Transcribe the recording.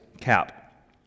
cap